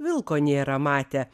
vilko nėra matę